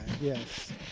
Yes